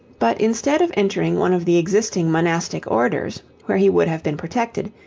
but instead of entering one of the existing monastic orders, where he would have been protected,